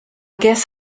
guess